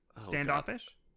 Standoffish